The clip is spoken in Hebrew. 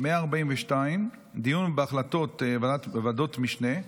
142) (דיון בהחלטות ועדות משנה),